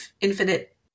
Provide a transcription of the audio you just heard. infinite